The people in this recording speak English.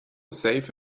safe